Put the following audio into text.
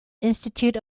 institute